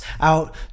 out